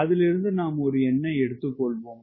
அதிலிருந்து நாம் ஒரு எண்ணை எடுத்துக் கொள்வோம்